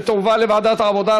ותועבר לוועדת העבודה,